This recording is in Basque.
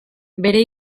bere